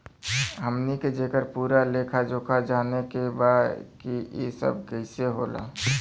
हमनी के जेकर पूरा लेखा जोखा जाने के बा की ई सब कैसे होला?